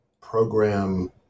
program